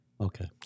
Okay